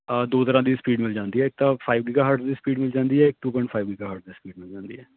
ਆ ਦੋ ਤਰ੍ਹਾਂ ਦੀ ਸਪੀਡ ਮਿਲ ਜਾਂਦੀ ਹੈ ਇੱਕ ਫਾਈਵ ਗੀਗਾਹਰਟ ਦੀ ਸਪੀਡ ਮਿਲ ਜਾਂਦੀ ਹੈ ਇੱਕ ਟੂ ਪੋਇੰਟ ਫਾਈਵ ਗੀਗਾਹਰਟ ਦੀ ਸਪੀਡ ਮਿਲ ਜਾਂਦੀ ਹੈ